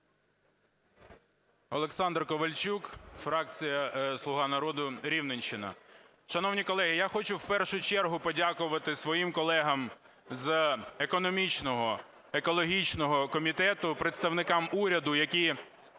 Олександр Ковальчук, фракція "Слуга народу", Рівненщина. Шановні колеги, я хочу в першу чергу подякувати своїм колегам з економічного, екологічного комітету, представникам уряду, які